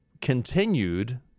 continued